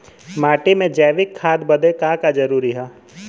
माटी में जैविक खाद बदे का का जरूरी ह?